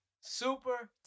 Super